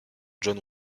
john